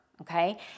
okay